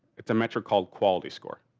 it's a metric called quality score.